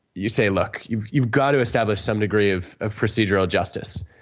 you say look, you've you've got to establish some degree of of procedural justice.